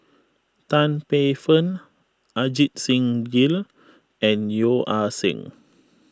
Tan Paey Fern Ajit Singh Gill and Yeo Ah Seng